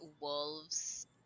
wolves